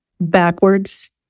backwards